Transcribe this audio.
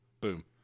boom